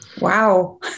wow